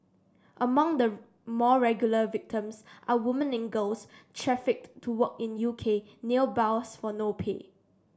among the more regular victims are women and girls trafficked to work in U K nail bars for no pay